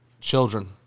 Children